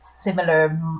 similar